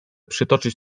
przytoczyć